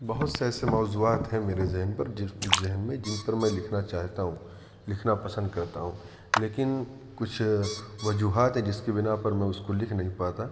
بہت سے ایسے موضوعات ہیں میرے ذہن پر ذہن میں جن پر میں لکھنا چاہتا ہوں لکھنا پسند کرتا ہوں لیکن کچھ وجوہات ہیں جس کی بنا پر میں اس کو لکھ نہیں پاتا